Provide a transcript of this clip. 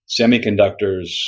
semiconductors